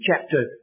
chapter